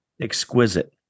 Exquisite